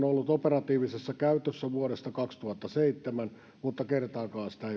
ollut operatiivisessa käytössä vuodesta kaksituhattaseitsemän mutta kertaakaan sitä ei ole käytetty